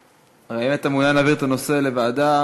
האם אתה מעוניין להעביר את הנושא לוועדה?